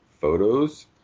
photos